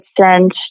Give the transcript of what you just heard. send